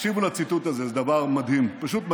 תקשיבו לציטוט הזה, זה דבר מדהים, פשוט מדהים.